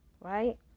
Right